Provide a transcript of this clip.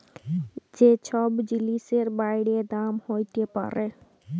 যে ছব জিলিসের বাইড়ে দাম হ্যইতে পারে